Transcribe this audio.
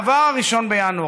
עבר 1 בינואר,